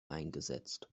eingesetzt